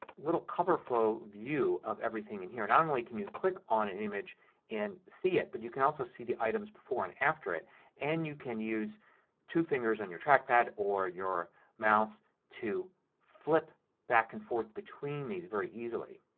little coverflow view of everything in here. not only can you click on an image and see it but you can also see the items before and after it and you can use two fingers on your trackpad or your mouse to flip back and forth between these very easily.